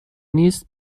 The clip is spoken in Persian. نیست